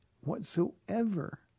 whatsoever